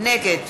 נגד